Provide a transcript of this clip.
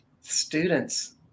students